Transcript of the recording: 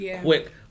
Quick